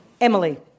Emily